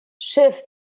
shift